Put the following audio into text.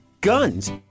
Guns